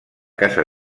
casa